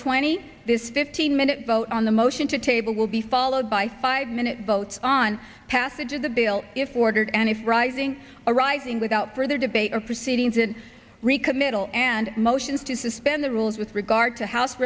twenty this fifteen minute vote on the motion to table will be followed by five minute vote on passage of the bill if ordered and if rising a rising without further debate or proceeding to recommit all and motions to suspend the rules with regard to house